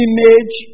Image